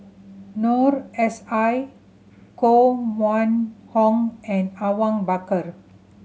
Noor S I Koh Mun Hong and Awang Bakar